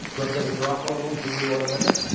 representative garofalo moves the a one amendment.